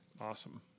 Awesome